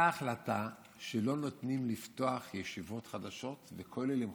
החלטה שלא נותנים לפתוח ישיבות חדשות וכוללים חדשים.